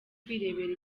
kwirebera